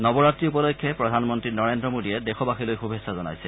নৱৰাত্ৰি উপলক্ষে প্ৰধানমন্ত্ৰী নৰেন্দ্ৰ মোদীয়ে দেশবাসীলৈ শুভেচ্ছা জনাইছে